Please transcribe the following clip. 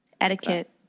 etiquette